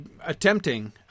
attempting